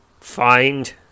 Find